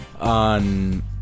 on